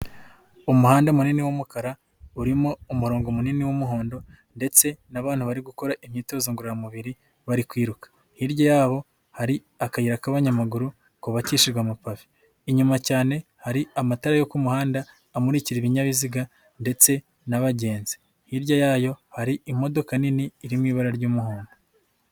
Umuhanda munini w'umukara, urimo umurongo munini w'umuhondo, ndetse n'abana bari gukora imyitozo ngororamubiri, bari kwiruka. Hirya y'abo hari akayira k'abanyamaguru kubabakishijwe amapave, inyuma cyane hari amatara yo ku muhanda amurikira ibinyabiziga, ndetse n'abagenzi, Hirya yayo hari imodoka nini irimo ibara ry'umuhondo.